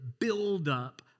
buildup